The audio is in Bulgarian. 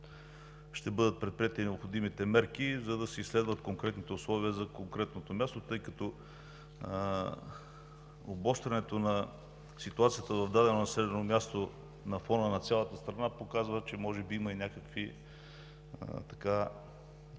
Ще бъдат предприети и необходимите мерки, за да се изследват конкретните условия за конкретното място, тъй като обострянето на ситуацията в дадено населено място на фона на цялата страна показва, че може би има някакви